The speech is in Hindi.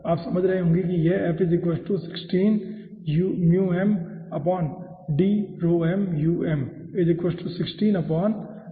आप समझ रहे होंगे कि यह आता है ठीक है